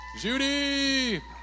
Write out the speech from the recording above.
Judy